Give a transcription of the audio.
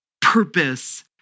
purpose